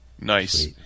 Nice